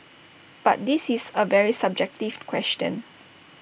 but this is A very subjective question